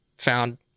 found